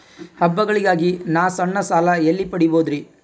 ಹಬ್ಬಗಳಿಗಾಗಿ ನಾ ಸಣ್ಣ ಸಾಲ ಎಲ್ಲಿ ಪಡಿಬೋದರಿ?